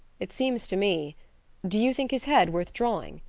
it seems to me do you think his head worth drawing?